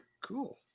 Cool